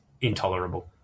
intolerable